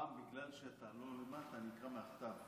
הפעם, בגלל שאתה לא למטה, אני אקרא מהכתב.